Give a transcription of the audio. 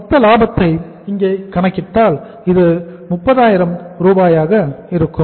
மொத்த லாபத்தை இங்கே கணக்கிட்டால் இது 30000 ஆக இருக்கும்